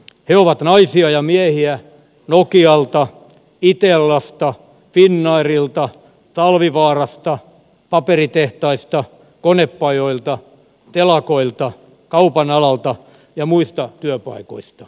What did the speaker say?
he ovat naisia ja miehiä nokialta itellasta finnairilta talvivaarasta paperitehtaista konepajoilta telakoilta kaupan alalta ja muista työpaikoista